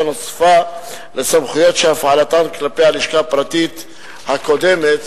נוספה לסמכויות שהפעלתן כלפי הלשכה הפרטית הקודמת